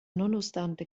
nonostante